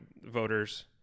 voters